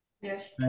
Yes